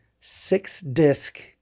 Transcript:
six-disc